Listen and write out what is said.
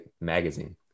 magazine